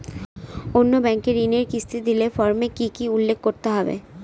অন্য ব্যাঙ্কে ঋণের কিস্তি দিলে ফর্মে কি কী উল্লেখ করতে হবে?